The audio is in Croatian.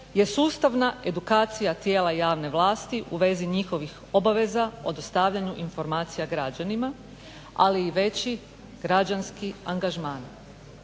je sustavna edukacija tijela javne vlasti u vezi njihovih obaveza o dostavljanju informacija građanima, ali i veći građanski angažman,